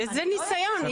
איזה ניסיון?